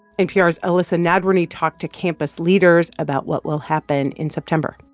npr's elissa nadworny talked to campus leaders about what will happen in september